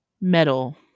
Metal